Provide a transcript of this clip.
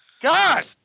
God